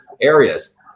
areas